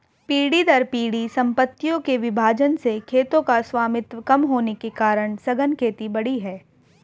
पीढ़ी दर पीढ़ी सम्पत्तियों के विभाजन से खेतों का स्वामित्व कम होने के कारण सघन खेती बढ़ी है